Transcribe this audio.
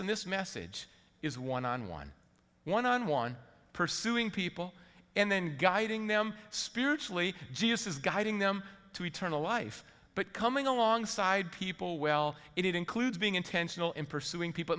in this message is one on one one on one pursuing people and then guiding them spiritually jesus is guiding them to eternal life but coming alongside people well it includes being intentional in pursuing people